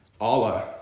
Allah